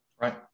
right